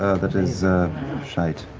ah that is shite.